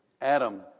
Adam